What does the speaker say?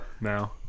Now